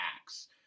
Acts